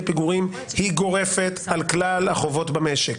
פיגורים היא גורפת על כלל החובות במשק.